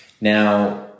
Now